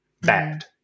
bad